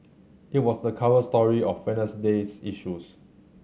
it was the cover story of Wednesday's issues